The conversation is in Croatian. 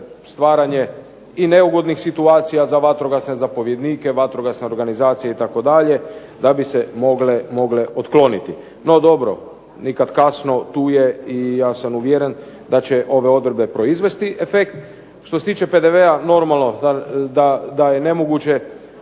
stvaranje i neugodnih situacija za vatrogasne zapovjednike, vatrogasne organizacije itd. da bi se mogle otkloniti. No dobro, nikad kasno. Tu je i ja sam uvjeren da će ove odredbe proizvesti efekt. Što se tiče PDV-a, normalno da je nemoguće